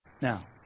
Now